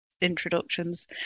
introductions